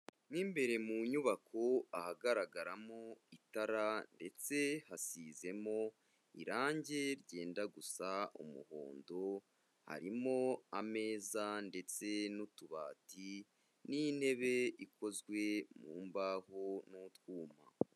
Mu imbere mu nyubako ahagaragaramo itara ndetse hasizemo irange ryenda gusa umuhondo, harimo ameza ndetse n'utubati n'intebe ikozwe mu mbaho n'utwuma.